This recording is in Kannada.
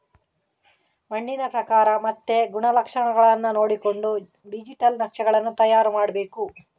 ಮಣ್ಣಿನ ಪ್ರಕಾರ ಮತ್ತೆ ಗುಣಲಕ್ಷಣಗಳನ್ನ ನೋಡಿಕೊಂಡು ಡಿಜಿಟಲ್ ನಕ್ಷೆಗಳನ್ನು ತಯಾರು ಮಾಡ್ಬೇಕು